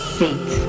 faith